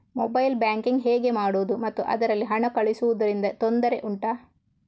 mobile banking ಹೇಗೆ ಮಾಡುವುದು ಮತ್ತು ಅದರಲ್ಲಿ ಹಣ ಕಳುಹಿಸೂದರಿಂದ ತೊಂದರೆ ಉಂಟಾ